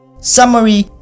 Summary